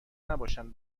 نباشند